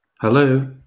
Hello